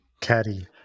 Caddy